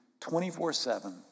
24-7